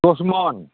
दस मन